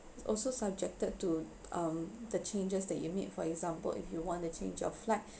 also subjected to um the changes that you need for example if you want to change of flight